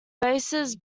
bases